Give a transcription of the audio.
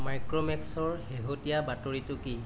মাইক্ৰ'মেক্সৰ শেহতীয়া বাতৰিটো কি